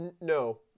no